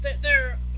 they're-